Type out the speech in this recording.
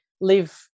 live